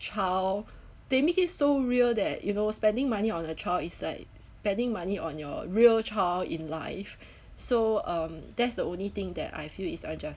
child they make it so real that you know spending money on a child is like spending money on your real child in life so um that's the only thing that I feel is